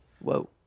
whoa